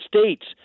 states